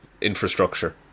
infrastructure